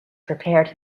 prepared